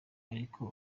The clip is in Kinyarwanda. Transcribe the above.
ariko